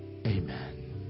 Amen